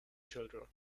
children